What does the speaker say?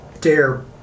dare